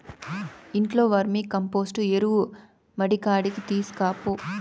ఇంట్లో వర్మీకంపోస్టు ఎరువు మడికాడికి తీస్కపో